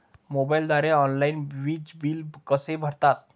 मोबाईलद्वारे ऑनलाईन वीज बिल कसे भरतात?